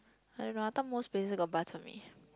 I don't know I thought most places got bak-chor-mee